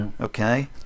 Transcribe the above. okay